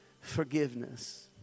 forgiveness